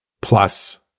plus